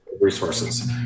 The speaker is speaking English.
resources